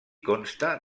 consta